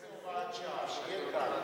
אז בוא נעשה הוראת שעה, שיהיה קל.